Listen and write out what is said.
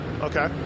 Okay